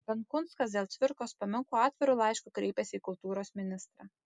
benkunskas dėl cvirkos paminklo atviru laišku kreipėsi į kultūros ministrą